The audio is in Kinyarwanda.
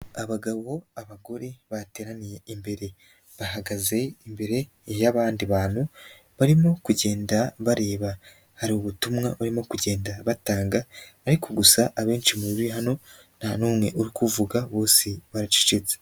Abagabo, abagore, bateraniye imbere, bahagaze imbere y'abandi bantu, barimo kugenda bareba, hari ubutumwa barimo kugenda batanga ariko gusa abenshi mu bari hano nta n'umwe uri kuvuga bose baracecetse.